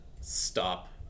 stop